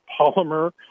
polymer